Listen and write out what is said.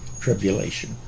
tribulation